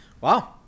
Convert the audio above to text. Wow